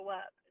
up